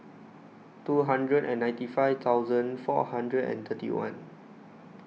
two hundred and ninety five thousand four hundred and thirty one